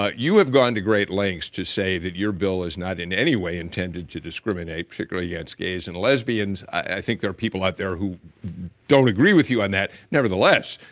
you have gone to great lengths to say that your bill is not in any way intended to discriminate particularly against gays and lesbians. i think there are people out there who don't agree with you on that. nevertheless,